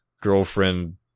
girlfriend